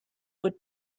would